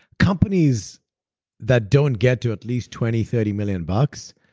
companies that don't get to at least twenty, thirty million bucks,